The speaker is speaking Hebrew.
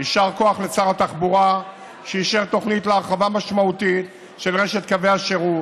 יישר כוח לשר התחבורה שאישר תוכנית להרחבה משמעותית של רשת קווי השירות,